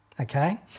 okay